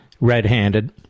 red-handed